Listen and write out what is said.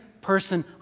person